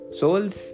souls